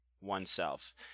oneself